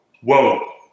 whoa